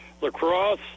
lacrosse